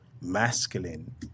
masculine